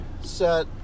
set